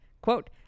quote